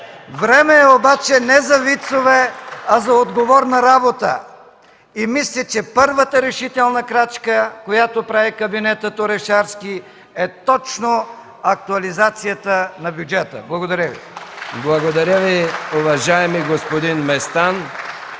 Време е обаче не за вицове, а за отговорна работа! Мисля, че първата решителна крачка, която прави кабинетът Орешарски, е точно актуализацията на бюджета. Благодаря Ви. (Ръкопляскания от